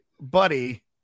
buddy